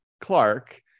Clark